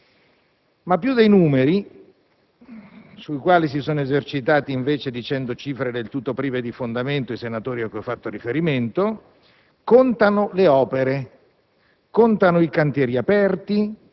La loro entità attuale - dati ufficiali del Ministero dell'economia e del Ministero delle infrastrutture - è un po' meno di 8 miliardi di euro: